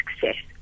success